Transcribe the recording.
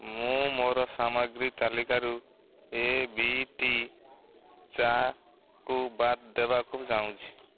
ମୁଁ ମୋର ସାମଗ୍ରୀ ତାଲିକାରୁ ଏ ବି ଟି ଚା କୁ ବାଦ୍ ଦେବାକୁ ଚାହୁଁଛି